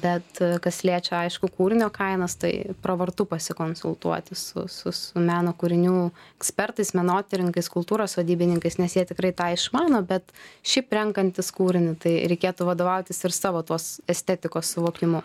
bet kas liečia aišku kūrinio kainas tai pravartu pasikonsultuoti su su su meno kūrinių ekspertais menotyrininkais kultūros vadybininkais nes jie tikrai tą išmano bet šiaip renkantis kūrinį tai reikėtų vadovautis ir savo tos estetikos suvokimu